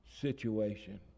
situation